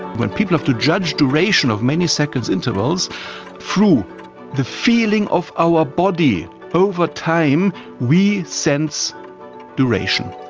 when people have to judge duration of many seconds intervals through the feeling of our body over time we sense duration,